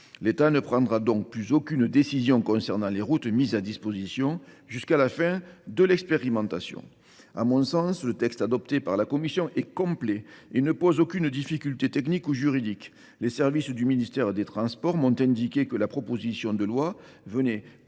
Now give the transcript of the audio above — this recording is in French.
L’État ne prendra donc plus aucune décision concernant les routes mises à disposition jusqu’à la fin de l’expérimentation. À mon sens, le texte adopté par la commission est complet et ne pose aucune difficulté technique ou juridique. Les services du ministère des transports m’ont du reste indiqué que la proposition de loi répondait